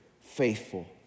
faithful